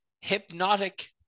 Hypnotic